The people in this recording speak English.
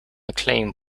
acclaim